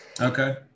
okay